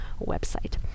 website